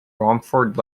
romford